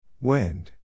Wind